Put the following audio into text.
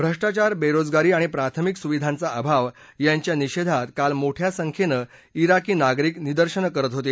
भ्रष्टाचार बेरोजगारी आणि प्राथमिक सुविधांचा अभाव याच्या निषेधात काल मोठ्या संख्येनं ज्ञिकी नागरीक निदर्शनं करत होते